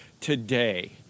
today